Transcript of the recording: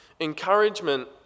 Encouragement